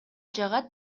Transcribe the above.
жагат